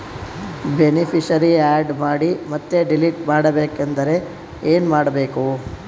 Beneficiary, add ಮಾಡಿ ಮತ್ತೆ delete ಮಾಡಬೇಕೆಂದರೆ ಏನ್ ಮಾಡಬೇಕು?